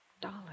Dollar